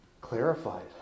clarified